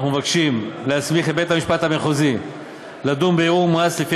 אנחנו מבקשים להסמיך את בית-המשפט המחוזי לדון בערעור מס לפי